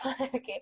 okay